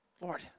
Lord